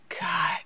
God